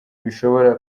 bishobora